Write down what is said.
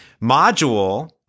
module